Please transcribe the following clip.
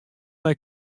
nei